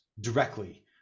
directly